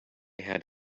had